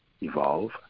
evolve